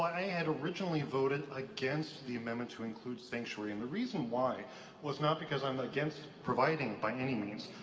i had originally voted against the amendment to include sanctuary and the reason why was not because i'm against providing by any means.